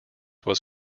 was